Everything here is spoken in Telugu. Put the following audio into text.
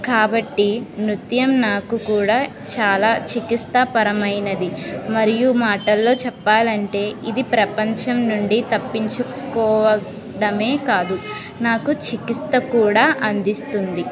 కాబట్టి నృత్యం నాకు కూడా చాలా చికిత్సపరమైనది మరియు మాటల్లో చెప్పాలి అంటే ఇది ప్రపంచం నుండి తప్పించుకోవడమే కాదు నాకు చికిత్స కూడా అందిస్తుంది